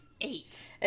Eight